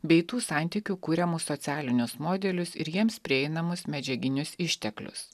bei tų santykių kuriamus socialinius modelius ir jiems prieinamus medžiaginius išteklius